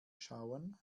schauen